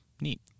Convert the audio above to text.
neat